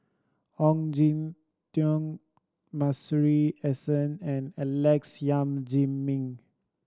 Ong Jin Teong Masuri S N and Alex Yam Ziming